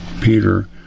Peter